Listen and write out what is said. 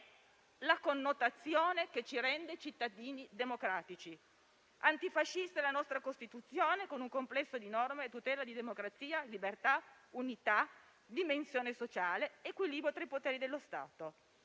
la connotazione che ci rende cittadini democratici. Antifascista è la nostra Costituzione, con un complesso di norme a tutela di democrazia, libertà, unità, dimensione sociale ed equilibrio tra i poteri dello Stato,